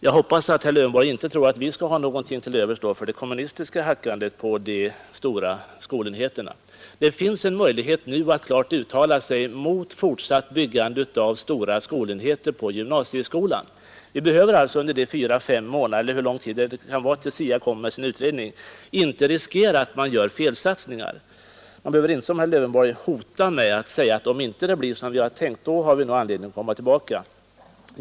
Jag hoppas att herr Lövenborg inte tror att vi har någonting till övers för det kommunistiska hackandet på de stora skolenheterna. Det finns en möjlighet att nu uttala sig mot fortsatt byggande av stora enheter på gymnasieskolan. Under 4—5 månader, eller hur lång tid det nu tar innan SIA kommer med sin utredning, behöver vi inte riskera att man gör felsatsningar. Man skall inte som herr Lövenborg hota med att om det inte blir som vpk har tänkt så har man anledning att komma tillbaka.